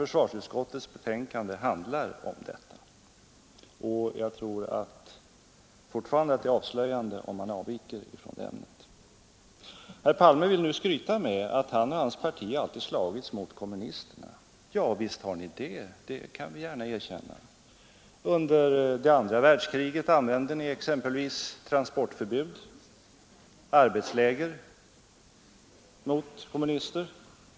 Försvarsutskottets betänkande handlar om detta. Jag tror fortfarande att det är avslöjande om man undviker att tala om ämnet för denna debatt. Herr Palme vill skryta med att han och hans parti har slagits mot kommunisterna. Visst har ni gjort det. Det kan vi gärna erkänna. Under det andra världskriget använde ni exempelvis transportförbud och arbetsläger mot kommunister.